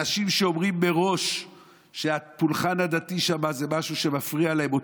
אנשים שאומרים מראש שהפולחן הדתי שמה זה משהו שמפריע להם,